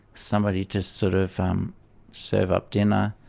somebody to sort of um serve up dinner,